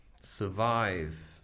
...survive